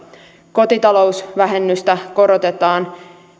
kotitalousvähennystä korotetaan